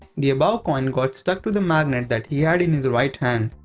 the above coin got stuck to the magnet that he had in his right hand,